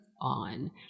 on